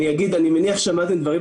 אני מניח ששמעתם דברים,